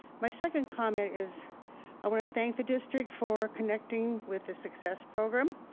my second comment is i wanna thank the district for connecting with the success program.